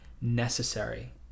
necessary